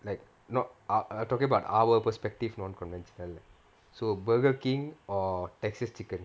like not ah err talking about our perspective non conventional leh so Burger King or Texas Chicken